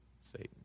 Satan